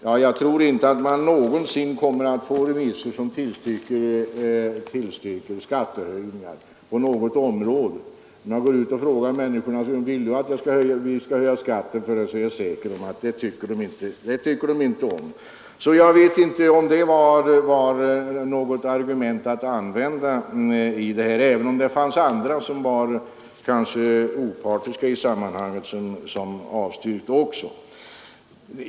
Ja, jag tror inte vi någonsin får remissvar som tillstyrker skattehöjningar på något område. Går vi ut till människor och frågar om de tycker att vi skall höja skatten för dem så är det något som de inte tycker om. Jag vet inte om det var något argument att använda, även om det fanns andra som också avstyrkte och som var opartiska i sammanhanget.